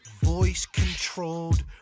voice-controlled